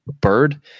bird